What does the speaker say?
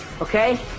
Okay